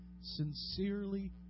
sincerely